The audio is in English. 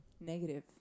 Negative